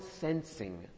sensing